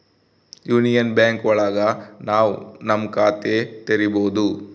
union Bank ಒಳಗ ನಾವ್ ನಮ್ ಖಾತೆ ತೆರಿಬೋದು